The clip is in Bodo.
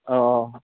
अ